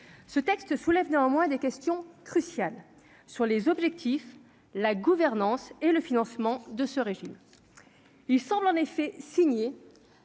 ce texte soulève néanmoins des questions cruciales sur les objectifs, la gouvernance et le financement de ce régime, il semble en effet signer